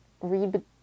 read